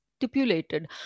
stipulated